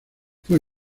fue